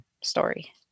story